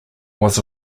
was